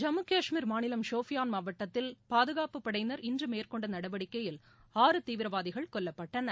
ஜம்மு கஷ்மீர் மாநிலம் சோஃபியான் மாவட்டத்தில் பாதுகாப்புப் படையினர் இன்று மேற்கொண்ட நடவடிக்கையில் ஆறு தீவிரவாதிகள் கொல்லப்பட்டனர்